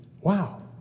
Wow